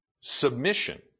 Submission